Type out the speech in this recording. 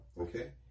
Okay